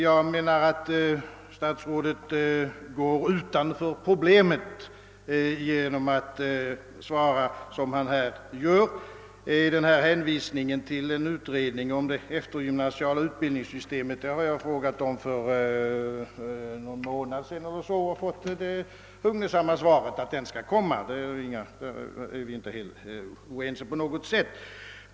Jag menar att statsrådet går utanför problemet genom att svara som han gör. Beträffande hänvisningen till en utredning om det eftergymnasiala utbildningssystemet, så har jag frågat om den saken för någon månad sedan och fått det hugnesamma svaret att den skall komma. Därvidlag är vi inte oense på något sätt.